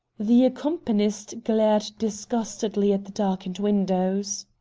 the accompanist glared disgustedly at the darkened windows.